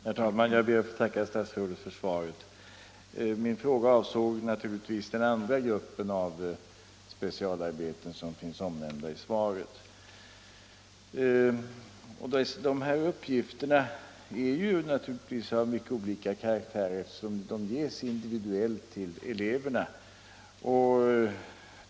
Herr talman! Jag ber att få tacka statsrådet för svaret. Min fråga avsåg givetvis den andra gruppen av specialarbeten som finns omnämnda i svaret. Dessa uppgifter är av mycket olika karaktär, eftersom de ges individuellt till eleverna.